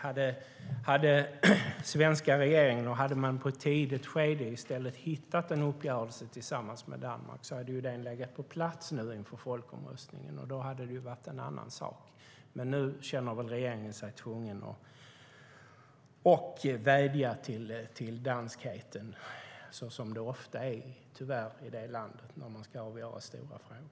Hade den svenska regeringen i stället i ett tidigt skede träffat en uppgörelse tillsammans med Danmark hade denna funnits på plats nu inför folkomröstningen, och då hade det varit en annan sak. Men nu känner väl den danska regeringen sig tvungen att vädja till danskheten, så som det tyvärr ofta är i det landet när man ska avgöra stora frågor.